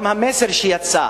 גם המסר שיצא,